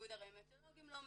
איגוד הרמטולוגים לא מסכים,